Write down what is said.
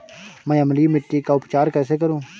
मैं अम्लीय मिट्टी का उपचार कैसे करूं?